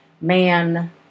man